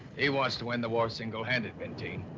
he wants to win the war single handed, benteen.